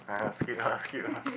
ah skip la skip la